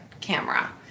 camera